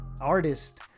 artist